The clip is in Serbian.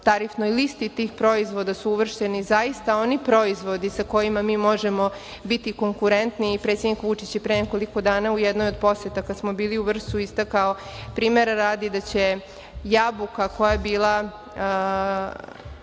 tarifnoj listi tih proizvoda su uvršteni zaista oni proizvodi sa kojima možemo biti konkurentni. Predsednik Vučić je pre nekoliko dana u jednoj od poseta kada smo bili u Vršcu istakao primera radi da će jabuka koja je bila